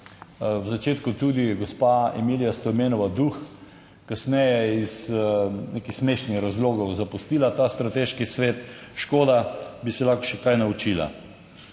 v začetku tudi gospa Emilija Stojmenova Duh. Kasneje je iz nekih smešnih razlogov zapustila ta strateški svet - škoda, bi se lahko še kaj naučila.